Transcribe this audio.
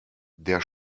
der